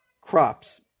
crops